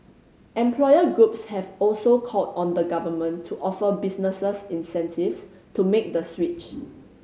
employer groups have also called on the Government to offer businesses incentives to make the switch